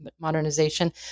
modernization